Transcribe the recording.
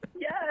yes